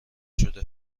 شده